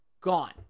Gone